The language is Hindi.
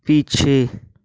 पीछे